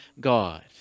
God